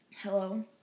Hello